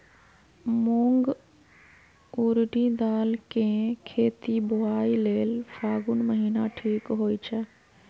मूंग ऊरडी दाल कें खेती बोआई लेल फागुन महीना ठीक होई छै